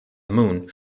moon